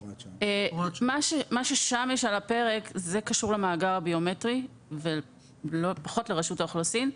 מה שקיים שם קשור למאגר הביומטרי ופחות לרשות האוכלוסין.